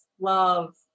love